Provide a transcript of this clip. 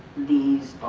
these